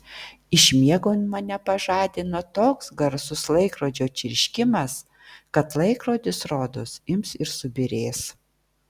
iš miego mane pažadina toks garsus laikrodžio čirškimas kad laikrodis rodos ims ir subyrės